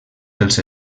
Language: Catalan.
dels